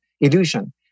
illusion